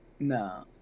No